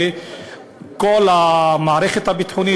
וכל המערכת הביטחונית,